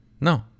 No